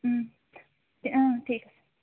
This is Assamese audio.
ঠিক আছে